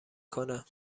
کنه